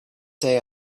day